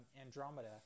andromeda